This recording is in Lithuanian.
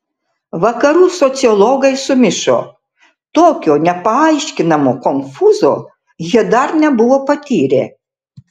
vakarų sociologai sumišo tokio nepaaiškinamo konfūzo jie dar nebuvo patyrę